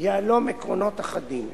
יהלום עקרונות אחדים.